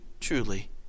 truly